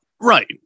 Right